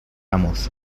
amos